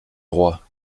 roi